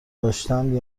داشتن